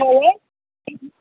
ए